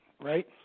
Right